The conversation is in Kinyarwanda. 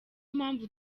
mpamvu